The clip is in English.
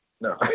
No